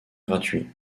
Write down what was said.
gratuit